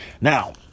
Now